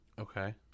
Okay